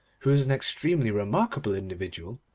who was an extremely remarkable individual,